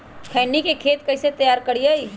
खैनी के खेत कइसे तैयार करिए?